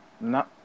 No